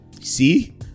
See